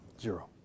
Zero